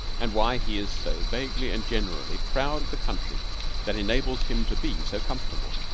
and why he is so vaguely and generally proud of the country that enables him to be so comfortable.